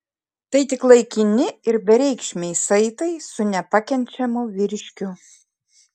tai tik laikini ir bereikšmiai saitai su nepakenčiamu vyriškiu